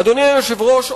אדוני היושב-ראש,